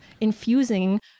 infusing